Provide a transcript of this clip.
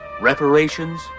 reparations